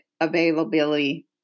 availability